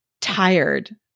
tired